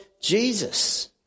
Jesus